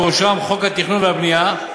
ובראשם חוק התכנון והבנייה,